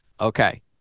Okay